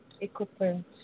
equipment